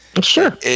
Sure